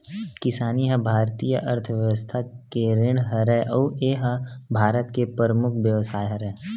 किसानी ह भारतीय अर्थबेवस्था के रीढ़ हरय अउ ए ह भारत के परमुख बेवसाय हरय